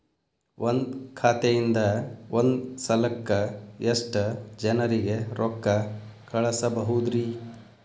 ಒಂದ್ ಖಾತೆಯಿಂದ, ಒಂದ್ ಸಲಕ್ಕ ಎಷ್ಟ ಜನರಿಗೆ ರೊಕ್ಕ ಕಳಸಬಹುದ್ರಿ?